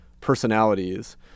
personalities